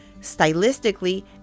Stylistically